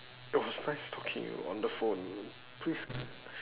it was nice talking you on the phone please